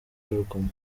urugomo